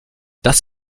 das